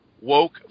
woke